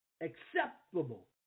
acceptable